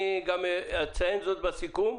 אני גם אציין זאת בסיכום.